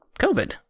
COVID